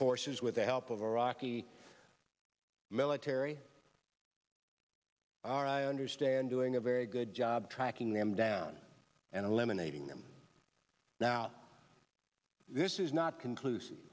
forces with the help of a rocky military are i understand doing a very good job tracking them down and eliminating them now this is not conclusi